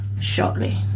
shortly